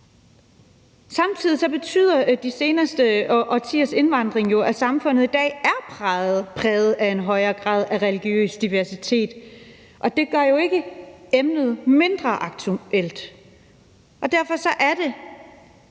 Samtidig betyder de seneste årtiers indvandring, at samfundet i dag er præget af en højere grad af religiøs diversitet, og det gør jo ikke emnet mindre aktuelt. Derfor er det